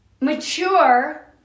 mature